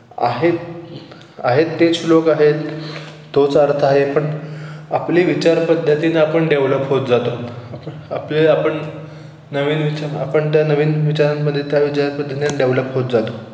आहेत आहेत ते श्लोक आहेत तोच अर्थ आहे पण आपली विचार पद्धतीनं आपण डेव्हलप होत जातो आप आपले आपण नवीन विचार आपण त्या नवीन विचारांमध्ये त्या विचारपद्धतीने डेवलप होत जातो